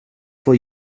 for